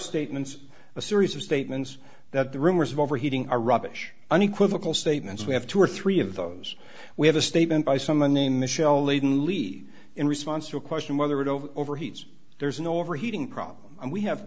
statements a series of statements that the rumors of overheating are rubbish unequivocal statements we have two or three of those we have a statement by some unnamed michelle laden leave in response to a question whether it over overheats there's an overheating problem and we have